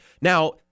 Now